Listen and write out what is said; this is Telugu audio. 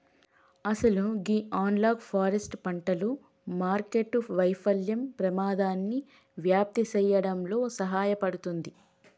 అసలు గీ అనలాగ్ ఫారెస్ట్ పంటలు మార్కెట్టు వైఫల్యం పెమాదాన్ని వ్యాప్తి సేయడంలో సహాయపడుతుంది